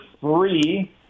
three